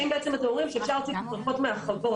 שאם אתם אומרים שאפשר להוסיף תפרחות מהחוות,